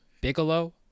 Bigelow